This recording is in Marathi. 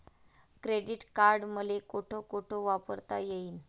क्रेडिट कार्ड मले कोठ कोठ वापरता येईन?